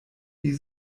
die